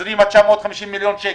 הזרימה 950 מיליון שקלים.